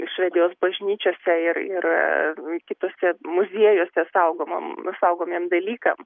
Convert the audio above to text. švedijos bažnyčiose ir ir kituose muziejuose saugomom saugomiem dalykam